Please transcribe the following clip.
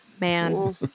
Man